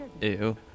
Ew